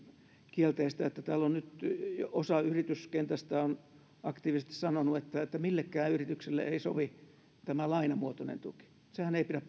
kielteistä että nyt on jo osa yrityskentästä aktiivisesti sanonut että millekään yritykselle ei sovi tämä lainamuotoinen tuki sehän ei pidä